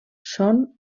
són